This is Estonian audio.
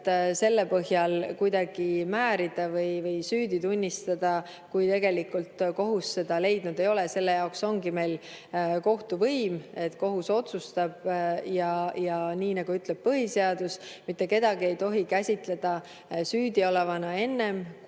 selle põhjal kuidagi määrida või süüdi tunnistada, kui tegelikult kohus seda leidnud ei ole. Selle jaoks ongi meil kohtuvõim, et kohus otsustab. Ja nii nagu ütleb põhiseadus, mitte kedagi ei tohi käsitleda süüdi olevana enne,